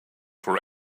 for